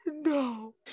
No